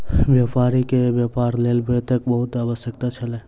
व्यापारी के व्यापार लेल वित्तक बहुत आवश्यकता छल